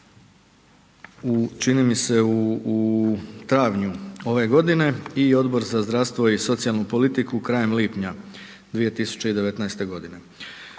čini mi se travnju ove godine i Odbor za zdravstvo i socijalnu politiku krajem lipnja 2019. godine.